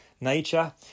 Nature